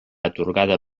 atorgada